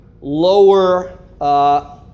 lower